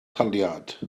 taliad